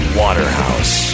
waterhouse